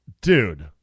Dude